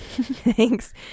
Thanks